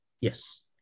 yes